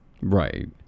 Right